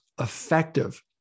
effective